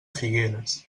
figueres